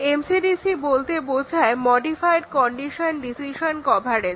MCDC বলতে বোঝায় modified condition decision coverage